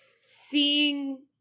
Seeing